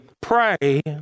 pray